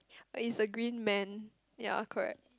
oh is a green man ya correct